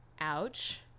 Ouch